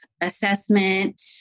assessment